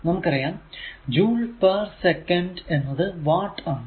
നമുക്കറിയാം joule per second എന്നത് watt ആണ്